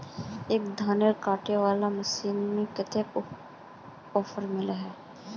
एक धानेर कांटे वाला मशीन में कते ऑफर मिले है?